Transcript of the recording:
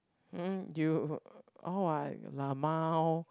mm you or what lmao